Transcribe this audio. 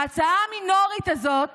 ההצעה המינורית הזאת